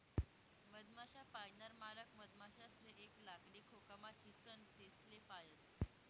मधमाश्या पायनार मालक मधमाशासले एक लाकडी खोकामा ठीसन तेसले पायस